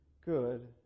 good